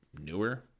newer